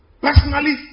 Personally